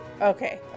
Okay